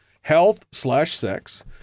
health-slash-sex